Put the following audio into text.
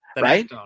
right